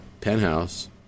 penthouse